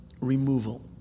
removal